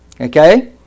Okay